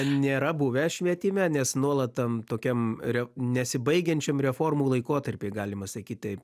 nėra buvę švietime nes nuolat tam tokiam re nesibaigiančiam reformų laikotarpy galima sakyt taip